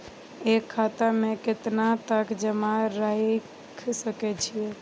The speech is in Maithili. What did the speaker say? एक खाता में केतना तक जमा राईख सके छिए?